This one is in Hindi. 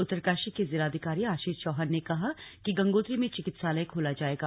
उत्तरकाशी के जिलाधिकारी आशीष चौहान ने कहा कि गंगोत्री में चिकित्सालय खोला जाएगा